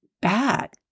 bad